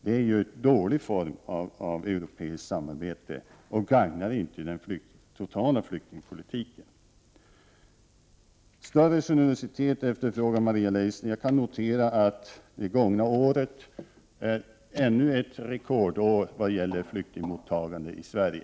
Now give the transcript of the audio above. Det är ju en dålig form av europeiskt samarbete och gagnar inte den totala flyktingpolitiken. Maria Leissner efterfrågar större generositet. Jag kan notera att det gångna året var ännu ett rekordår när det gäller flyktingmottagande i Sverige.